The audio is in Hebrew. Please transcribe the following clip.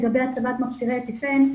לגבי הצבת מכשירי אפיפן,